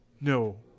No